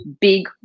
big